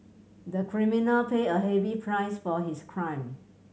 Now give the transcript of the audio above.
the criminal paid a heavy price for his crime